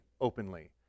openly